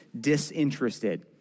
disinterested